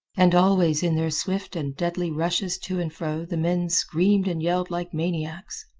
and always in their swift and deadly rushes to and fro the men screamed and yelled like maniacs.